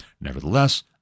Nevertheless